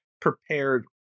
prepared